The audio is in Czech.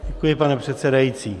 Děkuji, pane předsedající.